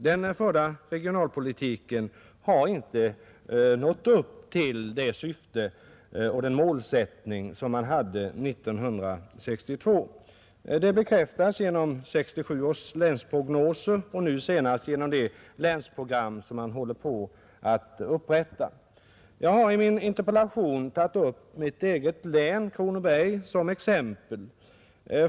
Den förda regionalpolitiken har inte kunnat tillgodose de syften och den målsättning som man hade 1962. Detta har bekräftats av 1967 års länsprognoser och nu senast genom de länsprogram som nu håller på att upprättas. I min interpellation har jag tagit mitt hemlän, Kronobergs län, som exempel.